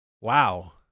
Wow